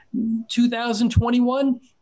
2021